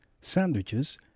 sandwiches